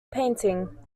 painting